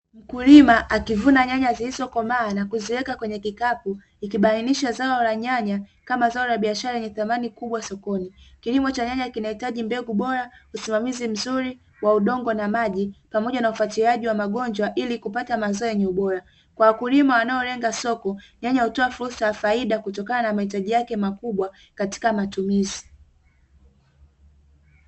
Mkulima akivuna nyanya zilizokomaa na kuziweka kwenye kikapu ikibainisha zao la nyanya kama zao la biashara lenye thamani kubwa sokoni, kilimo cha nyanya kinahitaji mbegu bora usimamizi mzuri wa udongo na maji pamoja na ufatiliaji wa magonjwa ili kupata mazao yenye ubora kwa wakulima wanaolenga soko nyanya hutoa fursa ya faida kutokana na mahitaji yake makubwa katika matumizi.